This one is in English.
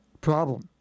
Problem